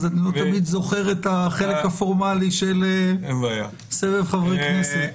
אז אני לא תמיד זוכר את החלק הפורמלי של סבב חברי כנסת.